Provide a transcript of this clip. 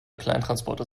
kleintransporter